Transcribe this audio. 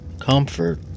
comfort